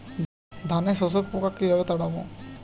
ধানে শোষক পোকা কিভাবে তাড়াব?